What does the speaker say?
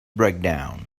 breakdown